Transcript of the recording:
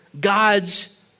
God's